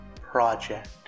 Project